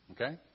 okay